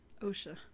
OSHA